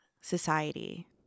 society